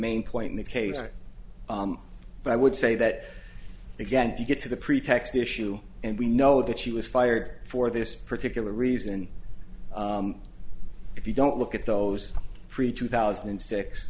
main point in the case but i would say that again to get to the pretext issue and we know that she was fired for this particular reason if you don't look at those preacher thousand and six